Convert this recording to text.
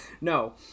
No